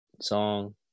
song